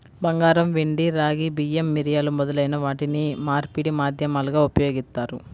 బంగారం, వెండి, రాగి, బియ్యం, మిరియాలు మొదలైన వాటిని మార్పిడి మాధ్యమాలుగా ఉపయోగిత్తారు